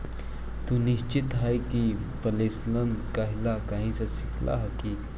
तू निश्चित आय के विश्लेषण कइला कहीं से सीखलऽ हल?